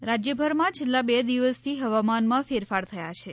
હવામાન રાજ્યભરમાં છેલ્લા બે દિવસથી હવામાનમાં ફેરફાર થયા છે